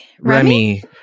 Remy